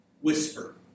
whisper